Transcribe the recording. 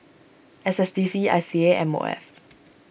S S D C I C A and M O F